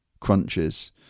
crunches